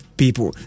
people